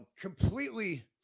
completely